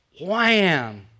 wham